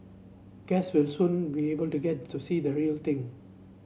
guests will soon we able to get to see the real thing